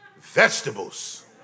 vegetables